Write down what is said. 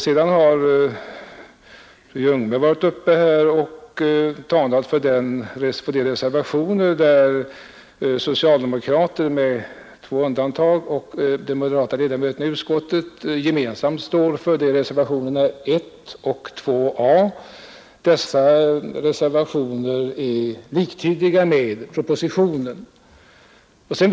Vidare har fröken Ljungberg här talat för de reservationer som gemensamt avgivits av de socialdemokratiska — med två undantag — och de moderata ledamöterna i utskottet, nämligen reservationerna 1 och 2 a. Dessa reservationer ansluter sig till propositionens förslag.